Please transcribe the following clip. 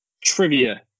Trivia